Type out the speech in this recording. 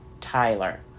Tyler